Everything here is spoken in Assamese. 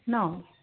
ন